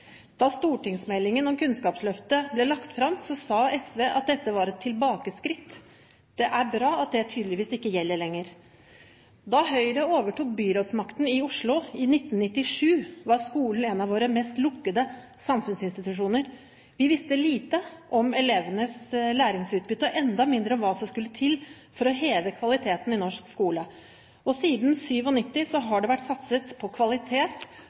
Da stortingsmeldingen om Kunnskapsløftet ble lagt fram, sa SV at dette var et tilbakeskritt. Det er bra at det tydeligvis ikke gjelder lenger. Da Høyre overtok byrådsmakten i Oslo i 1997, var skolen en av våre mest lukkede samfunnsinstitusjoner. Vi visste lite om elevenes læringsutbytte og enda mindre om hva som skulle til for å heve kvaliteten i norsk skole. Og siden 1997 har det vært satset på kvalitet